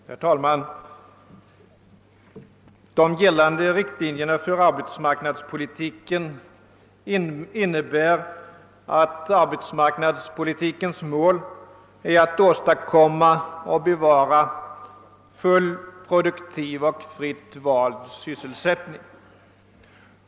Herr talman! De gällande riktlinjerna för arbetsmarknadspolitiken innebär att målet för densamma är att åstadkomma och bevara full, produktiv och fritt vald sysselsättning.